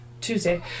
Tuesday